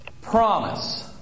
promise